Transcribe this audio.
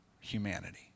humanity